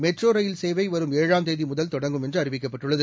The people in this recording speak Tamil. மெட்ரோ ரயில் சேவை வரும் ஏழாம் தேதி முதல் தொடங்கும் என்று அறிவிக்கப்பட்டுள்ளது